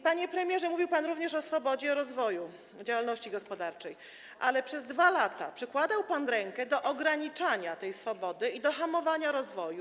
Panie premierze, mówił pan również o swobodzie i rozwoju działalności gospodarczej, ale przez 2 lata przykładał pan rękę do ograniczania tej swobody i do hamowania rozwoju.